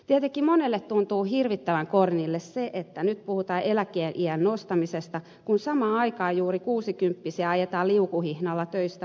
tietenkin monesta tuntuu hirvittävän kornille se että nyt puhutaan eläkeiän nostamisesta kun samaan aikaan juuri kuusikymppisiä ajetaan liukuhihnalla töistä pois